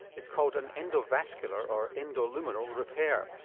it's called an endovascular, or endoluminal, repair.